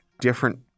different